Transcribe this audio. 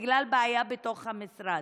בגלל בעיה בתוך המשרד.